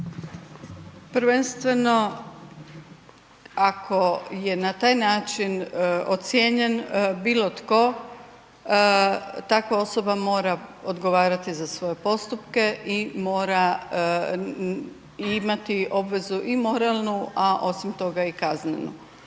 Prvenstveno ako je na taj način ocjenjen bilo tko, takva osoba mora odgovarati za svoje postupke i mora imati obvezu i moralnu, a osim toga i kaznenu.